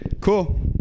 cool